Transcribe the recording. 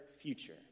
future